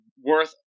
worth